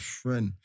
friend